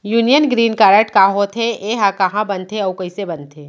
Union green card का होथे, एहा कहाँ बनथे अऊ कइसे बनथे?